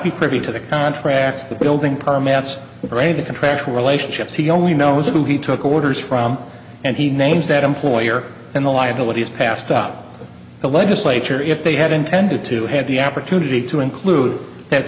be privy to the contracts the building permits were a bit contractual relationships he only knows who he took orders from and he names that employer and the liability is passed up the legislature if they had intended to have the opportunity to include that